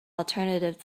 alternative